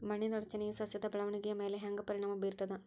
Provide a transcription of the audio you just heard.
ಮಣ್ಣಿನ ರಚನೆಯು ಸಸ್ಯದ ಬೆಳವಣಿಗೆಯ ಮ್ಯಾಲ ಹ್ಯಾಂಗ ಪರಿಣಾಮ ಬೀರ್ತದ?